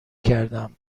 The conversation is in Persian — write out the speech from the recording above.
کردم